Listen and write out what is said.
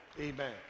Amen